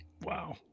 Wow